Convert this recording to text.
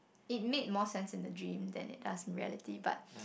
it made more sense in the dream than it does in reality but